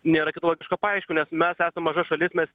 nėra kito logiško paaiškinimo nes mes esam maža šalis mes